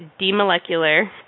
demolecular